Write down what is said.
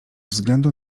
względu